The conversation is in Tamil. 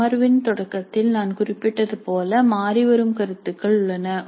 அமர்வின் தொடக்கத்தில் நான் குறிப்பிட்டது போல மாறிவரும் கருத்துக்கள் உள்ளன